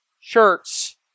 shirts